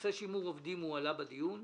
נושא שימור עובדים הועלה בדיון."